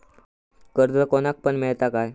कर्ज कोणाक पण मेलता काय?